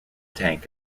tank